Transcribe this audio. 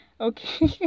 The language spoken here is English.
Okay